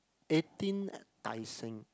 eighteen at Tai-Seng